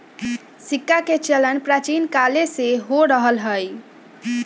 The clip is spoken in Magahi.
सिक्काके चलन प्राचीन काले से हो रहल हइ